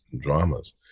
dramas